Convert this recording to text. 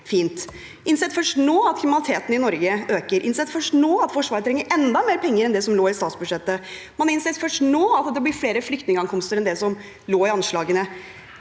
innsett først nå at kriminaliteten i Norge øker. Man har innsett først nå at Forsvaret trenger enda mer penger enn det som lå i statsbudsjettet. Man har innsett først nå at det blir flere flyktningankomster enn det som lå i anslagene.